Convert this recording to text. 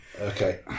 Okay